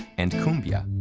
and cumbia.